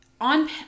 on